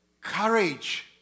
Courage